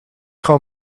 call